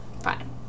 Fine